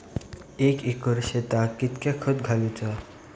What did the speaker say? एक एकर शेताक कीतक्या खत घालूचा?